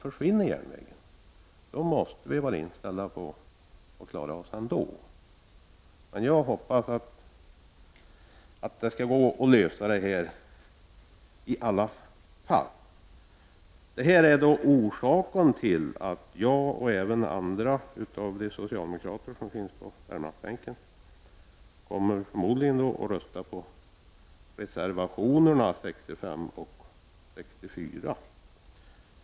Försvinner järnvägen måste vi nämligen vara inställda på att klara oss ändå. Jag hoppasaatt det trots allt skall gå att lösa problemen. Vad jag har anfört är orsaken till att jag och andra av socialdemokraterna på Värmlandsbänken förmodligen kommer att rösta på reservationerna 65 och 64.